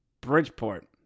Bridgeport